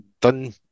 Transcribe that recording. done